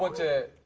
like to